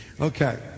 Okay